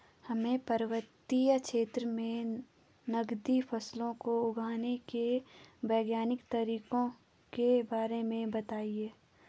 हमें पर्वतीय क्षेत्रों में नगदी फसलों को उगाने के वैज्ञानिक तरीकों के बारे में बताइये?